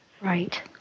Right